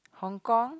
Hong-Kong